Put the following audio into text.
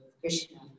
Krishna